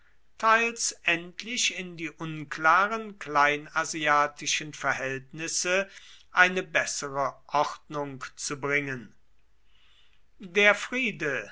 teils endlich in die unklaren kleinasiatischen verhältnisse eine bessere ordnung zu bringen der friede